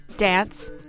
dance